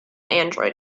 android